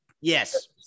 Yes